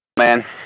man